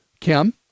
kim